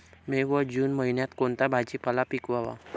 मे व जून महिन्यात कोणता भाजीपाला पिकवावा?